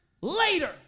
later